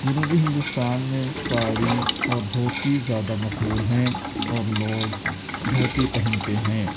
جنوبی ہندوستان میں ساڑھی اور دھوتی زیادہ مقبول ہیں اور لوگ دھوتی پہنتے ہیں